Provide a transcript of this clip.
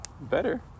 better